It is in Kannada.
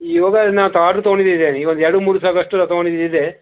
ಇವಾಗ ನಾವು ಆರ್ಡ್ರ್ ತಗೊಂಡಿದ್ದು ಇದೆ ಇವಾಗ ಎರಡು ಮೂರು ಸಾವಿರದಷ್ಟು ತಗೊಂಡಿದ್ದು ಇದೆ